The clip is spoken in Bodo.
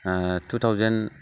two thousand